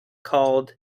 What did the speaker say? called